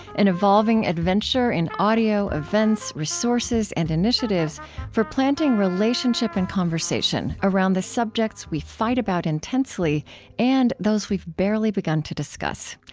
an evolving adventure in audio, events, resources, and initiatives for planting relationship and conversation around the subjects we fight about intensely and those we've barely begun to discuss.